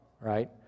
right